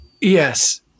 Yes